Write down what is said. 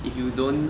if you don't